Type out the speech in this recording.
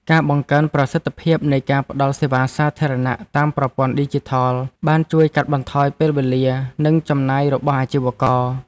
ការបង្កើនប្រសិទ្ធភាពនៃការផ្តល់សេវាសាធារណៈតាមប្រព័ន្ធឌីជីថលបានជួយកាត់បន្ថយពេលវេលា និងចំណាយរបស់អាជីវករ។